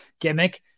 gimmick